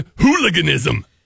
hooliganism